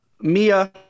Mia